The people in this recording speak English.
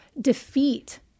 defeat